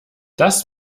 das